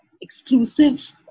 exclusive